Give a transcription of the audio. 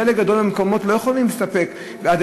בחלק גדול מהמקומות הם לא יכולים להסתפק בשעות שעד